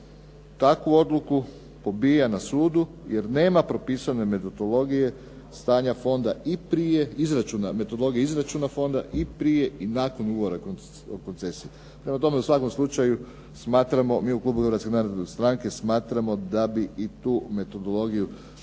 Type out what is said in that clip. metodologije stanja fonda i prije izračuna, metodologije izračuna fonda i prije i nakon ugovora koncesije. Prema tome, u svakom slučaju smatramo mi u klubu Hrvatske narodne stranke smatramo da bi i tu metodologiju